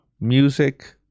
Music